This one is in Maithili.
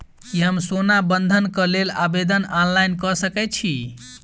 की हम सोना बंधन कऽ लेल आवेदन ऑनलाइन कऽ सकै छी?